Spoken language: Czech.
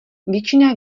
většina